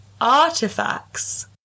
artifacts